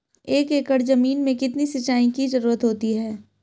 एक एकड़ ज़मीन में कितनी सिंचाई की ज़रुरत होती है?